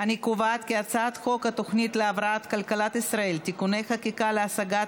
את הצעת חוק התוכנית להבראת כלכלת ישראל (תיקוני חקיקה להשגת